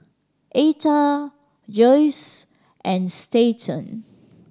Etha Joesph and Stanton